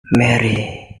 mary